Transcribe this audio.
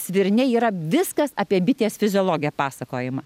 svirne yra viskas apie bitės fiziologiją pasakojima